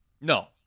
no